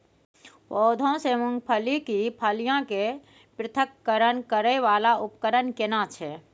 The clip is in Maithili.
पौधों से मूंगफली की फलियां के पृथक्करण करय वाला उपकरण केना छै?